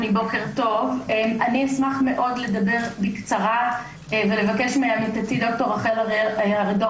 אשמח לדבר בקצרה ולבקש מעמיתתי ד"ר רחל ארידור